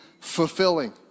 fulfilling